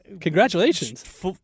Congratulations